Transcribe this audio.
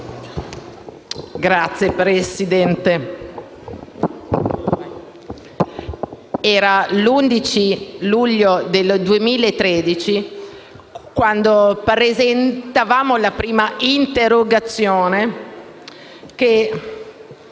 Signor Presidente, era l'11 luglio del 2013 quando presentavamo la prima interrogazione in